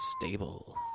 stable